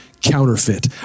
counterfeit